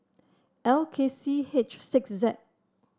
L K C H six Z